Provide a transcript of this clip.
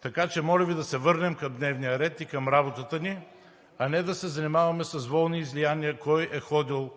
Така че моля Ви да се върнем към дневния ред и към работата ни, а не да се занимаваме с волни излияния кой е ходил